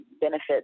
benefits